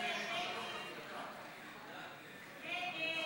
להעביר לוועדה את הצעת חוק גדר הביטחון,